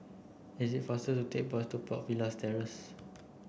is it faster to take bus to Park Villas Terrace